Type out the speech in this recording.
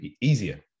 easier